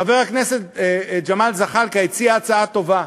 חבר הכנסת ג'מאל זחאלקה הציע הצעה טובה.